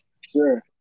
Sure